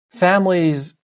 Families